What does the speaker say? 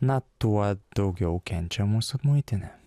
na tuo daugiau kenčia mūsų muitinė